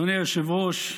אדוני היושב-ראש,